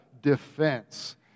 defense